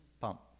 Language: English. Pump